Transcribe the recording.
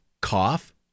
cough